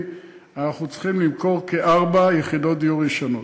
אנחנו צריכים למכור כארבע יחידות דיור ראשונות,